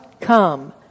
come